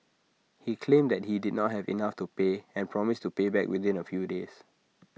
he claimed that he did not have enough to pay and promised to pay back within A few days